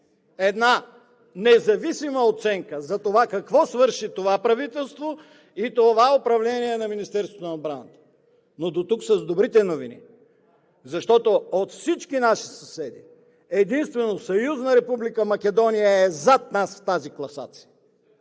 една независима оценка затова какво свърши това правителство и това управление на Министерството на отбраната. Но дотук с добрите новини, защото от всички наши съседи, единствено Съюзна Република Македония е зад нас в тази класация.